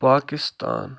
Pakistan